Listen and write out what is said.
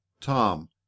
Tom